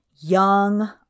young